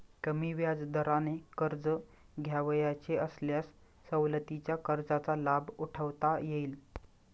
कमी व्याजदराने कर्ज घ्यावयाचे असल्यास सवलतीच्या कर्जाचा लाभ उठवता येईल